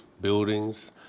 buildings